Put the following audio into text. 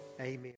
Amen